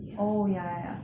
ya